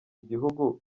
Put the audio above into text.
igihugu